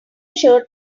shirt